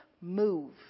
move